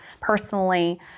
personally